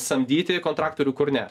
samdyti kontraktorių kur ne